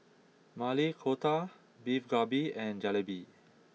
Maili Kofta Beef Galbi and Jalebi